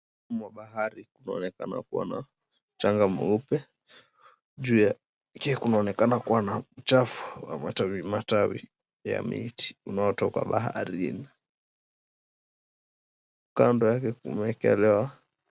Ufuoni mwa bahari kunaonekana kuwa na mchanga mweupe juu yake kunaonekana kuwa na uchafu wa matawi matawi ya miti unaotoka baharini. Kando yake kumeekelewa